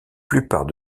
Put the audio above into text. plupart